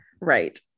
Right